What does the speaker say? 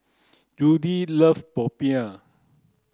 Judy love Popiah